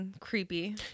creepy